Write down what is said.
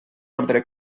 orde